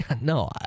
No